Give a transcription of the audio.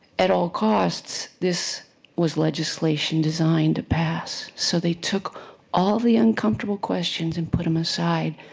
at all costs. this was legislation designed to pass. so they took all the uncomfortable questions and put them aside,